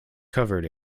covered